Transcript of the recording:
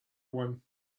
one